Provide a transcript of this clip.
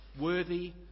worthy